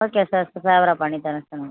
okay sir ஃபேவராக பண்ணி தரேன் சார் நான்